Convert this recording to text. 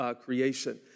creation